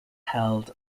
held